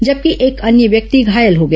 जबकि एक अन्य व्यक्ति घायल हो गया